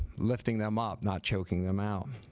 lifting them up not choking them out